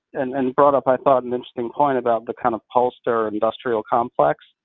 and and brought up, i thought, an interesting point about the kind of pollster and industrial complex.